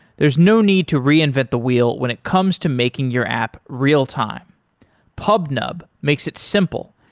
there is no need to reinvent the wheel when it comes to making your app real-time pubnub makes it simple,